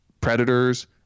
predators